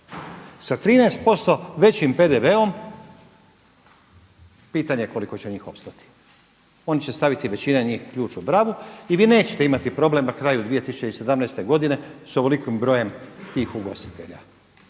Sa 13% većim PDV-om pitanje je koliko će njih opstati. Oni će staviti većina njih ključ u bravu i vi nećete imati problem na kraju 2017. godine s ovolikim brojem tih ugostitelja.